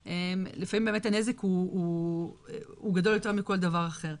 ולפעמים באמת הנזק הוא גדול יותר מכל דבר אחר.